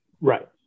right